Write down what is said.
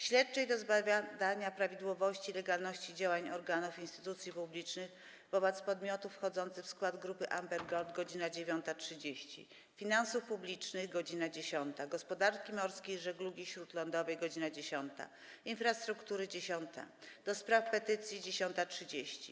Śledczej do zbadania prawidłowości i legalności działań organów i instytucji publicznych wobec podmiotów wchodzących w skład Grupy Amber Gold - godz. 9.30, - Finansów Publicznych - godz. 10, - Gospodarki Morskiej i Żeglugi Śródlądowej - godz. 10, - Infrastruktury - godz. 10, - do Spraw Petycji - godz. 10.30,